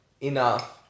enough